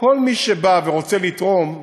כל מי שבא ורוצה לתרום,